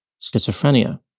schizophrenia